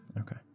Okay